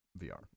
vr